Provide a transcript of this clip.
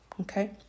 Okay